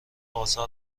آذر